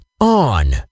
on